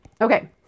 Okay